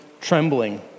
trembling